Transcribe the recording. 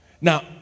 Now